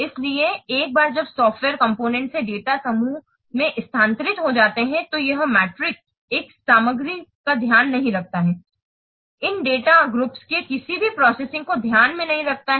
इसलिए एक बार जब सॉफ्टवेयर कॉम्पोनेन्ट से डेटा समूह में स्थानांतरित हो जाते हैं तो यह मीट्रिक इस सामग्री का ध्यान नहीं रखता है इन डेटा समूहों के किसी भी प्रोसेसिंग को ध्यान में नहीं रखता है